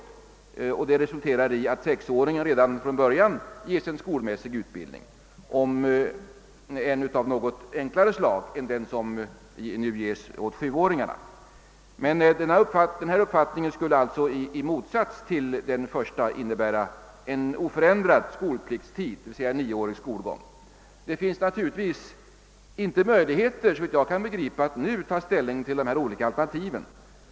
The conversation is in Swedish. Detta skulle resultera i att sexåringarna redan från början ges en skolmässig utbildning, om än av något enklare slag än den som sjuåringarna nu får. Men den här uppfattningen skulle alltså i motsats till den förstnämnda innebära en oförändrad skolpliktstid, d.v.s. nioårig skolgång. Såvitt jag kan förstå finns det inga möjligheter att nu ta ställning till dessa olika alternativ.